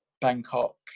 Bangkok